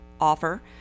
offer